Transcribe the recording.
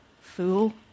Fool